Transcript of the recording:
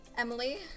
Emily